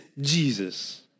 Jesus